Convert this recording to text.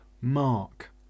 Mark